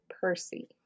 Percy